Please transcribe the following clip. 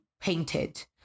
painted